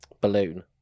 balloon